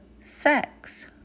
sex